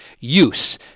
use